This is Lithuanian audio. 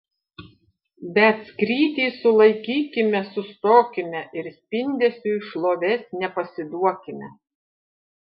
bet skrydį sulaikykime sustokime ir spindesiui šlovės nepasiduokime